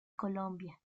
colombia